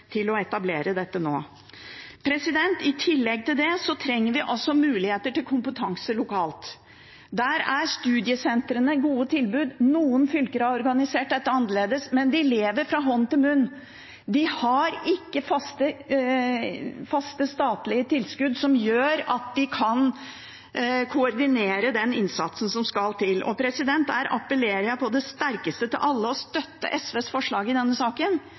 til å etablere dette nå. I tillegg til det trenger vi også muligheter til kompetanse lokalt. Der er studiesentrene gode tilbud. Noen fylker har organisert dette annerledes, men de lever fra hånd til munn. De har ikke faste statlige tilskudd som gjør at de kan koordinere den innsatsen som skal til. Jeg appellerer på det sterkeste til alle om at de støtter SVs forslag i denne saken,